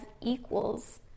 equals